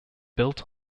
built